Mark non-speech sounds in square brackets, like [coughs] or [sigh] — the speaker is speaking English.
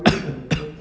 [coughs] [coughs]